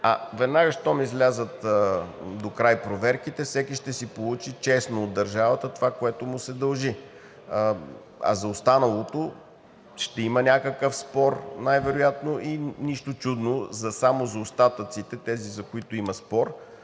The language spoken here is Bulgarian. а веднага щом излязат докрай проверките, всеки ще си получи честно от държавата това, което му се дължи, а за останалото ще има някакъв спор най-вероятно. И нищо чудно само за остатъците, тези, за които има спор,